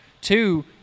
Two